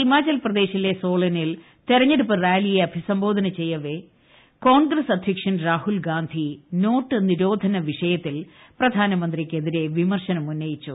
ഹിമാചൽപ്രദേശിലെ സോളനിൽ തെരഞ്ഞെടുപ്പ് റാലിയെ അഭിസംബോധന ചെയ്യവേ കോൺഗ്രസ് ആധ്യക്ഷൻ രാഹുൽഗാന്ധി നോട്ട് നിരോധ വിഷയത്തിൽ പ്രധാട്ടന്മ്രന്തിക്കെതിരെ വിമർശനം ഉന്നയിച്ചു